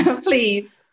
Please